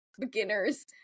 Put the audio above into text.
beginner's